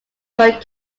called